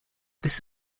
this